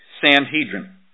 Sanhedrin